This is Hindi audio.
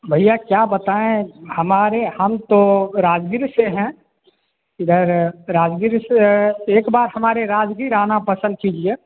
भैया क्या बताएँ हमारे हम तो राजगीर से हैं इधर राजगीर से एक बार हमारे राजगीर आना पसंद कीजिए